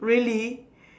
really